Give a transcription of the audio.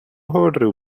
говорю